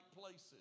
places